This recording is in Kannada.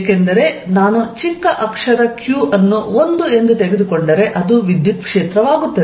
ಏಕೆಂದರೆ ನಾನು ಚಿಕ್ಕ ಅಕ್ಷರ q ಅನ್ನು 1 ಎಂದು ತೆಗೆದುಕೊಂಡರೆ ಅದು ವಿದ್ಯುತ್ ಕ್ಷೇತ್ರವಾಗುತ್ತದೆ